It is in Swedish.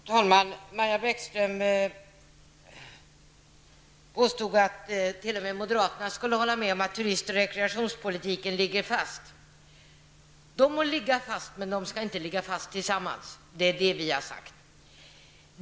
Herr talman! Maja Bäckström påstod att t.o.m. moderaterna skulle hålla med om att turistpolitiken och rekreationspolitiken ligger fast. De må ligga fast, men de skall inte ligga fast tillsammans. Det är det vi har sagt.